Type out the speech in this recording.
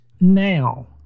now